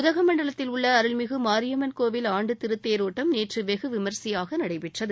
உதகமண்டலத்தில் உள்ள அருள்மிகு மாரியம்மன் கோவில் ஆண்டு திருத்தேரோட்டம் நேற்று வெகுவிமரிசையாக நடைபெற்றது